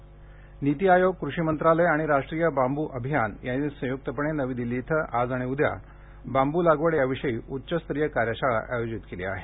बांबू कार्यशाळा नीती आयोग कृषी मंत्रालय आणि राष्ट्रीय बांबू अभियान यांनी संय्क्तपणे नवी दिल्ली इथं आज आणि उद्या बांबू लागवड याविषयी उच्चस्तरीय कार्यशाळा आयोजित केली आहे